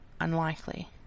Unlikely